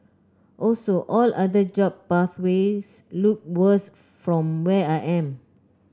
also all other job pathways look worse from where I am